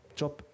job